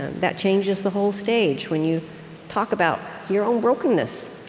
that changes the whole stage, when you talk about your own brokenness,